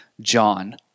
John